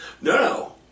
No